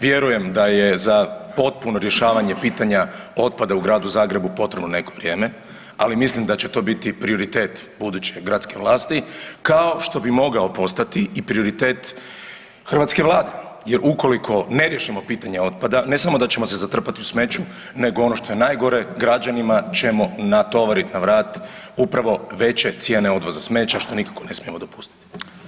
Vjerujem da je za potpuno rješavanje pitanja otpada u Gradu Zagrebu potrebno neko vrijeme, ali mislim da će to biti prioritet buduće gradske vlasti kao što bi mogao postati i prioritet hrvatske vlade jer ukoliko ne riješimo pitanje otpada ne samo da ćemo se zatrpati u smeću nego ono što je najgore građanima ćemo natovarit na vrat upravo veće cijene odvoza smeća, što nikako ne smijemo dopustiti.